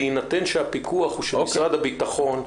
בהינתן שהפיקוח הוא של משרד הביטחון.